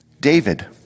David